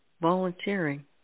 volunteering